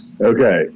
Okay